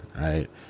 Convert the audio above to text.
Right